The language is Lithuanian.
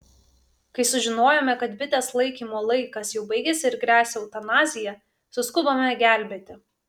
kai sužinojome kad bitės laikymo laikas jau baigėsi ir gresia eutanazija suskubome gelbėti